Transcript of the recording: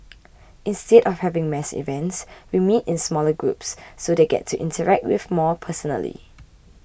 instead of having mass events we meet in smaller groups so they get to interact with more personally